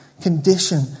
condition